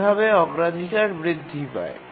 এভাবে অগ্রাধিকার বৃদ্ধি পায়